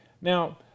Now